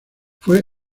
fue